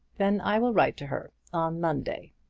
then i will write to her on monday.